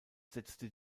setzte